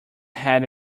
had